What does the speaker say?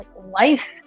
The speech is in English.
life